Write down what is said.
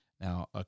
Now